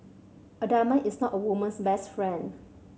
a diamond is not a woman's best friend